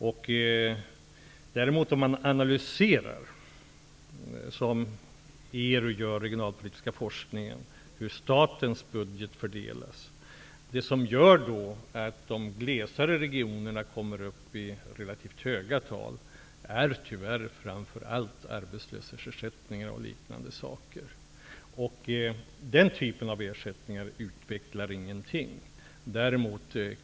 Om man, som ERU gör, analyserar den regionalpolitiska forskningen och ser till hur statens budget fördelas, finner man tyvärr att det som gör att de glesare regionerna kommer upp i relativt höga tal är framför allt arbetslöshetsersättningar o.d. Den typen av ersättningar leder inte till någon utveckling alls.